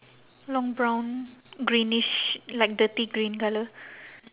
long brown greenish like dirty green colour